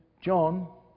John